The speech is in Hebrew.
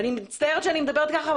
אני מצטערת שאני מדברת ככה,